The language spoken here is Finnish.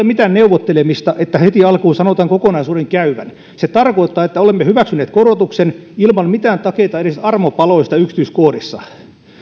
mitään neuvottelemista että heti alkuun sanotaan kokonaisuuden käyvän se tarkoittaa että olemme hyväksyneet korotuksen ilman mitään takeita edes armopaloista yksityiskohdissa